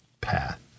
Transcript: path